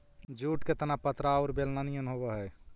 jute के तना पतरा औउर बेलना निअन होवऽ हई